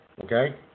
Okay